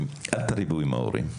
אל תריבו עם ההורים.